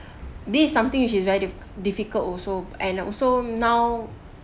this is something which is very diffi~ difficult also and also now